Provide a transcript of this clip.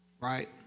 Right